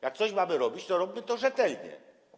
Jak coś mamy robić, to róbmy to rzetelnie.